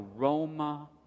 aroma